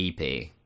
EP